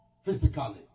Physically